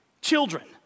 Children